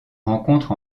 rencontre